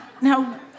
Now